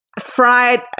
fried